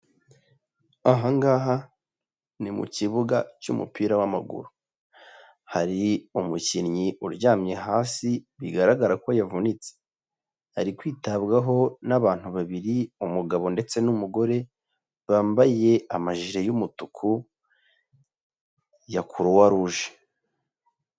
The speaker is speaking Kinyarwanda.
Aha ngaha ni mu kibuga cy'umupira w'amaguru. Hari umukinnyi uryamye hasi, bigaragara ko yavunitse. Ari kwitabwaho n'abantu babiri, umugabo ndetse n'umugore, bambaye amajire y'umutuku ya Croix Rouge.